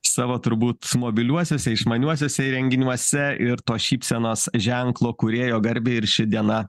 savo turbūt mobiliuosiuose išmaniuosiuose įrenginiuose ir tos šypsenos ženklo kūrėjo garbei ir ši diena